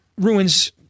ruins